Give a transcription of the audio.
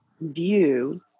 view